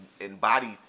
embodies